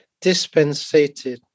dispensated